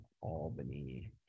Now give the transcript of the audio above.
Albany